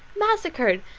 massacred,